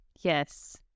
Yes